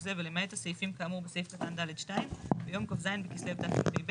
זה ולמעט הסעיפים כאמור בסעיף קטן (ד)(2) ביום כ"ז בכסלו תשפ"ב,